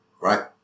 Right